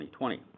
2020